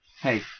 hey